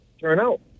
turnout